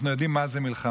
אנחנו יודעים מה זאת מלחמה.